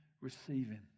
receiving